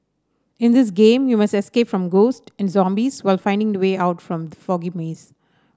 in this game you must escape from ghosts and zombies while finding the way out from the foggy maze